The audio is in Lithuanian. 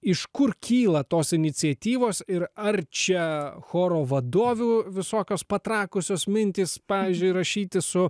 iš kur kyla tos iniciatyvos ir ar čia choro vadovių visokios patrakusios mintys pavyzdžiui rašyti su